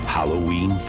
Halloween